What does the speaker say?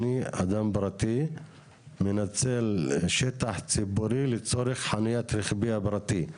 אני אדם פרטי מנצל שטח ציבורי לצורך חניית רכבי הפרטי.